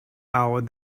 out